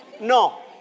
No